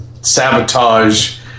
sabotage